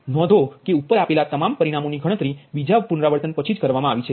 નોંધો કે ઉપર આપેલા તમામ પરિણામોની ગણતરી બીજા પુનરાવર્તન પછી જ કરવામાં આવી છે